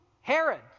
Herod